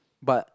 but